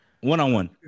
One-on-one